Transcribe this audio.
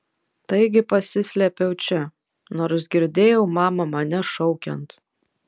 taigi pasislėpiau čia nors girdėjau mamą mane šaukiant